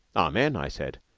amen, i said.